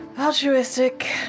altruistic